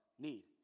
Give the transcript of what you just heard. need